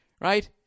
right